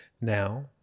Now